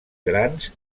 grans